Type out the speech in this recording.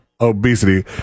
obesity